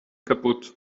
kaputt